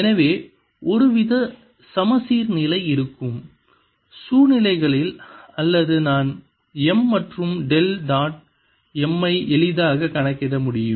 எனவே ஒருவித சமச்சீர்நிலை இருக்கும் சூழ்நிலைகளில் அல்லது நான் M மற்றும் டெல் டாட் M ஐ எளிதாக கணக்கிட முடியும்